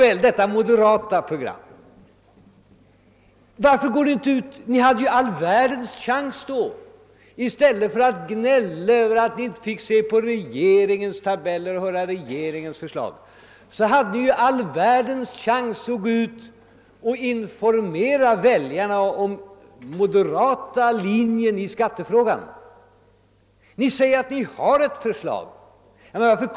Ni hade emellertid alla chanser i världen att gå ut och informera väljarna om den moderata linjen i skattefrågan i stället för att gnälla över att ni inte fick se regeringens tabeller och förslag. Varför talar ni inte om det förslag, som ni säger att ni har?